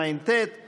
(הוראות מיוחדות לעניין ועדת הבחירות),